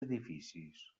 edificis